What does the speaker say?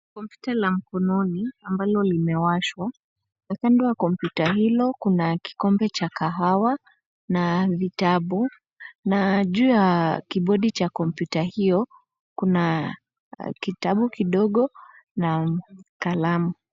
Kompyuta la mkononi ambalo limewashwa. Na kando ya kompyuta hilo kuna kikombe cha kahawa na na vitabu, na juu ya kibodi cha kompyuta hiyo kuna kitabu kidogo na kalamu.